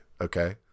okay